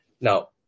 Now